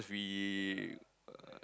we uh